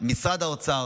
משרד האוצר